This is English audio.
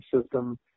system